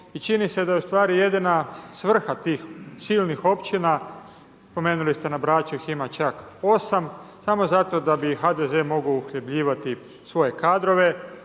i čini da ustvari jedina svrha tih silnih općina, spomenuli ste na Braču ih ima čak 8, amo zato da bi HDZ mogao uhljebljivati svoje kadrove